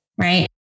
Right